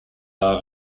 are